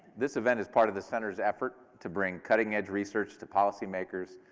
this event is part of the center's effort to bring cutting edge research to policymakers,